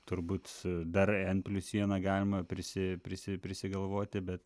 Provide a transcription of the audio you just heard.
turbūt dar en plius vieną galima prisi prisi prisigalvoti bet